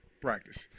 practice